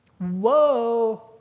whoa